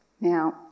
Now